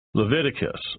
Leviticus